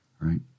right